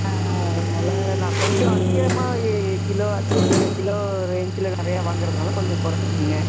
அதனால் நான் கொஞ்சம் அதிகமாக எ கிலோ அதிக கி கிலோ ரேஞ்சில் நிறைய வாங்கறதுனால கொஞ்சம் குறச்சிக்குங்க